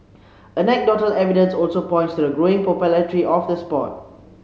anecdotal evidence also points to the growing popularity of the sport